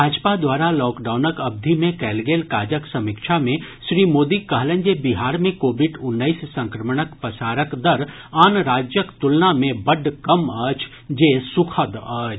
भाजपा द्वारा लॉकडाउनक अवधि मे कयल गेल काजक समीक्षा मे श्री मोदी कहलनि जे बिहार मे कोविड उन्नैस संक्रमणक पसारक दर आन राज्यक तुलना मे बड्ड कम अछि जे सुखद अछि